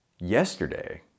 Yesterday